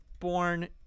Born